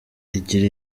igira